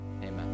Amen